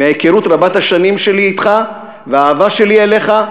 מההיכרות רבת השנים שלי אתך והאהבה שלי אליך,